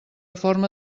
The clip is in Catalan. forma